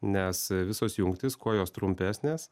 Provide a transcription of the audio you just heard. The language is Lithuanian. nes visos jungtys kuo jos trumpesnės